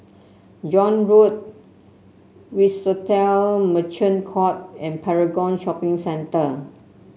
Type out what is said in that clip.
John Road Swissotel Merchant Court and Paragon Shopping Centre